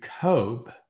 cope